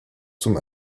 zum